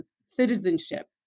citizenship